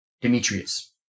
Demetrius